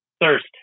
Thirst